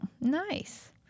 nice